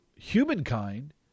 Humankind